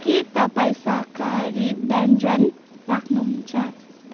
के तपाईँ शाकाहारी व्यञ्जन राख्नुहुन्छ